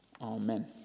Amen